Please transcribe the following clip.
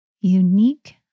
unique